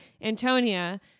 Antonia